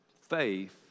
Faith